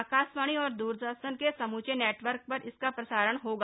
आकाशवाणी और द्रदर्शन के समूचे नटवर्क पर इसका प्रसारण होगा